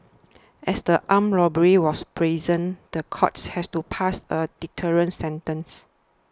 as the armed robbery was brazen the courts has to pass a deterrent sentence